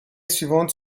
suivante